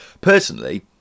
Personally